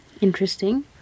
Interesting